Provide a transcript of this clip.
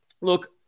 look